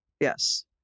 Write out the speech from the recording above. Yes